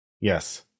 Yes